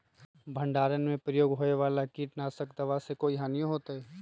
भंडारण में प्रयोग होए वाला किट नाशक दवा से कोई हानियों होतै?